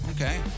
Okay